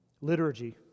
Liturgy